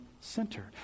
center